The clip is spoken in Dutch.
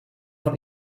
van